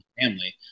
family